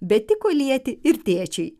bet tiko lieti ir tėčiui